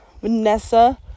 Vanessa